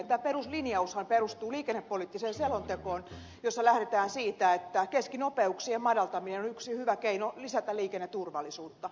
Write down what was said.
tämä peruslinjaushan perustuu liikennepoliittiseen selontekoon jossa lähdetään siitä että keskinopeuksien madaltaminen on yksi hyvä keino lisätä liikenneturvallisuutta